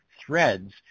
threads